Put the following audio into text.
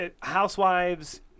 Housewives